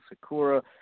Sakura